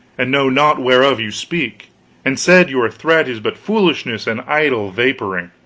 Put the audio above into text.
and know not whereof you speak and said your threat is but foolishness and idle vaporing.